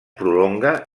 prolonga